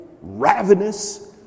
ravenous